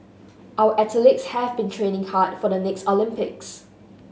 our athletes have been training hard for the next Olympics